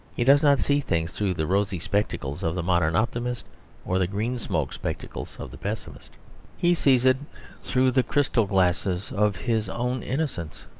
he does not see things through the rosy spectacles of the modern optimist or the green-smoked spectacles of the pessimist he sees it through the crystal glasses of his own innocence.